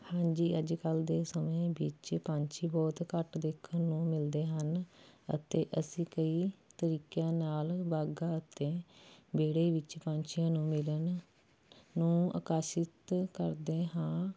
ਹਾਂਜੀ ਅੱਜ ਕੱਲ੍ਹ ਦੇ ਸਮੇਂ ਵਿੱਚ ਪੰਛੀ ਬਹੁਤ ਘੱਟ ਦੇਖਣ ਨੂੰ ਮਿਲਦੇ ਹਨ ਅਤੇ ਅਸੀਂ ਕਈ ਤਰੀਕਿਆਂ ਨਾਲ ਬਾਗਾਂ ਅਤੇ ਵਿਹੜੇ ਵਿੱਚ ਪੰਛੀਆਂ ਨੂੰ ਮਿਲਣ ਨੂੰ ਅਕਰਸ਼ਿਤ ਕਰਦੇ ਹਾਂ